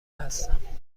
هستم